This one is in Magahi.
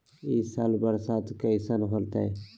ई साल बरसात कैसन होतय?